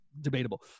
debatable